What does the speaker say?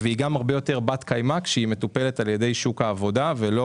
היא הרבה יותר בת קיימא כשהיא מטופלת על ידי שוק העבודה ולא